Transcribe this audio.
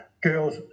girls